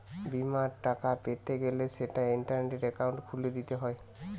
বিমার টাকা পেতে গ্যলে সেটা ইন্টারনেটে একাউন্ট খুলে যায়